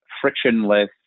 frictionless